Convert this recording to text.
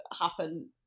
happen